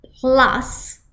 plus